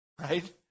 right